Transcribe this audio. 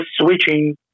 switching